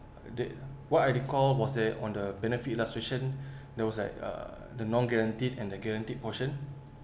that what I recall was there on the benefit illustration there was like uh the non guaranteed and the guaranteed portion